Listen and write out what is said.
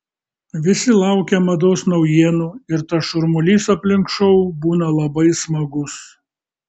visi laukia mados naujienų ir tas šurmulys aplink šou būna labai smagus